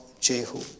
Jehu